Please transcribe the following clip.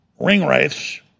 ringwraiths